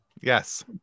Yes